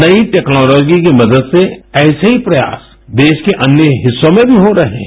नई टेक्नालॉजी की मदद से ऐसे ही प्रयास देश के अन्य हिस्सो में भी हो रहे हैं